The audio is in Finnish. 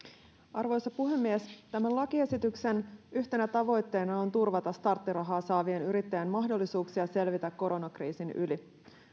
arvoisa puhemies tämän lakiesityksen yhtenä tavoitteena on turvata starttirahaa saavien yrittäjien mahdollisuuksia selvitä koronakriisin yli